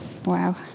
Wow